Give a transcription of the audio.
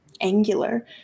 angular